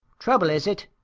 trouble, is it?